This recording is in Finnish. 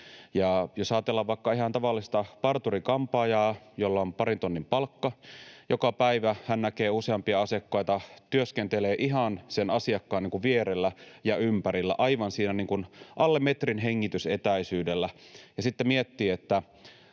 Jos ajatellaan vaikka ihan tavallista parturi-kampaajaa, jolla on parin tonnin palkka ja joka joka päivä näkee useampia asiakkaita, työskentelee ihan sen asiakkaan vierellä ja ympärillä, aivan siinä alle metrin hengitysetäisyydellä, ja joka sitten miettii, onko